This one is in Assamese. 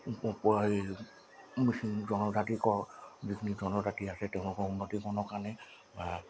হেৰি মিচিং জনজাতিকৰণ যিখিনি জনজাতি আছে তেওঁলোকৰ উন্নতিকৰণৰ কাৰণে